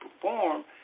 perform